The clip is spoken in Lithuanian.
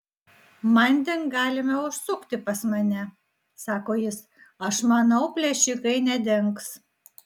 manding galime užsukti pas mane sako jis aš manau plėšikai nedings